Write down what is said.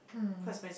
mm